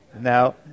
Now